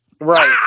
Right